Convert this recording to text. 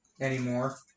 Anymore